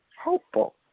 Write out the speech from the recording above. hopeful